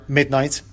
midnight